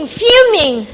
fuming